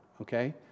okay